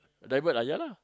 divert ah ya lah